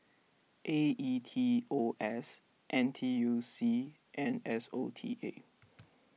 A E T O S N T U C and S O T A